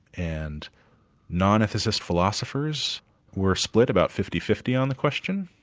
and non-ethicist philosophers were split about fifty fifty on the question,